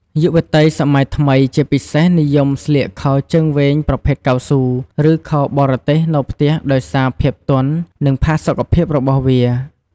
យុវតីសម័យថ្មី ជាពិសេស និយមស្លៀកខោជើងវែងប្រភេទកៅស៊ូ ឬខោបរទេសនៅផ្ទះដោយសារភាពទន់ និងផាសុកភាពរបស់វា។